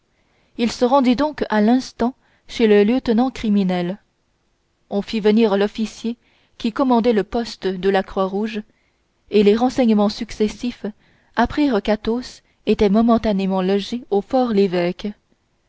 il se rendit donc à l'instant chez le lieutenant criminel on fit venir l'officier qui commandait le poste de la croix-rouge et les renseignements successifs apprirent qu'athos était momentanément logé au for lévêque